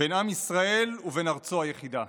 בין עם ישראל ובין ארצו היחידה,